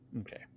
Okay